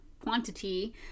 quantity